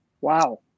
Wow